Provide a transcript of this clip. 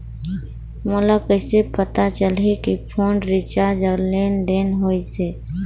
मोला कइसे पता चलही की फोन रिचार्ज और लेनदेन होइस हे?